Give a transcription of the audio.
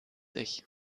ich